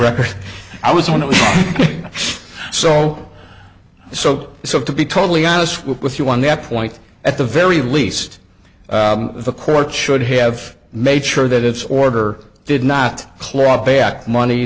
record i was one of which solo so so to be totally honest with you on that point at the very least the court should have made sure that its order did not claw back money